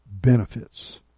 benefits